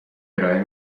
ارائه